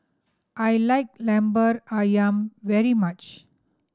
I like Lemper Ayam very much